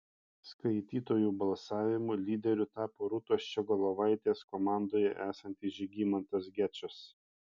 skaitytojų balsavimu lyderiu tapo rūtos ščiogolevaitės komandoje esantis žygimantas gečas